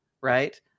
Right